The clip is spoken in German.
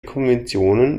konventionen